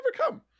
overcome